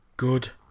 Good